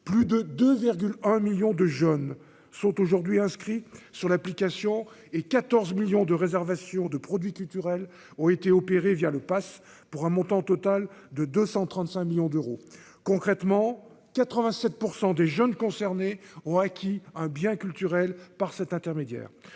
plus de 2 1 1000000 de jeunes sont aujourd'hui inscrits sur l'application et 14 millions de réservations de produits culturels ont été opérés via le passe pour un montant total de 235 millions d'euros concrètement 87 % des jeunes concernés ont acquis un bien culturel par cette intermédiaire,